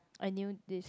I knew this